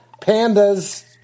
pandas